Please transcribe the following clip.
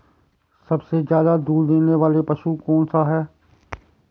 सबसे ज़्यादा दूध देने वाला पशु कौन सा है?